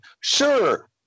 Sure